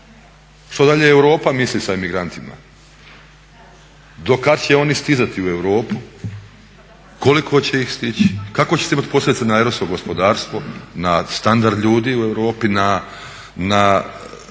Što dalje Europa misli s emigrantima? Do kad će oni stizati u Europu? Koliko će ih stići, kakve će to imati posljedice na europsko gospodarstvo, na standard ljudi u Europi, na